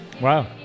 Wow